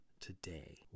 today